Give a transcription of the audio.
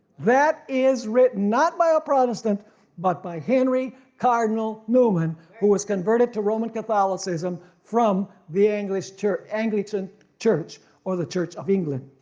that is written not by a protestant but by henry cardinal newman who was converted to roman catholicism from the anglican church anglican church or the church of england.